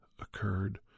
occurred